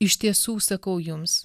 iš tiesų sakau jums